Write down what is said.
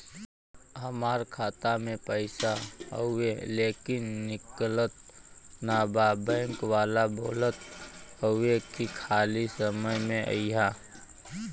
हमार खाता में पैसा हवुवे लेकिन निकलत ना बा बैंक वाला बोलत हऊवे की खाली समय में अईहा